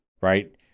Right